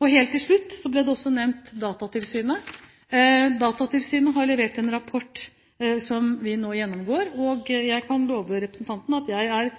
Helt til slutt: Datatilsynet ble også nevnt. Datatilsynet har levert en rapport som vi nå gjennomgår. Jeg kan love representanten at jeg